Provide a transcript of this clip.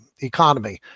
economy